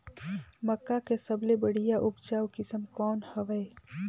मक्का के सबले बढ़िया उपजाऊ किसम कौन हवय?